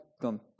done